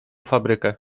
fabrykę